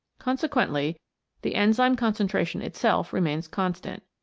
consequently the enzyme con centration itself remains constant.